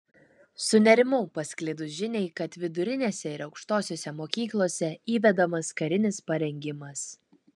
sunerimau pasklidus žiniai kad vidurinėse ir aukštosiose mokyklose įvedamas karinis parengimas